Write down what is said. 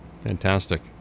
Fantastic